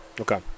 Okay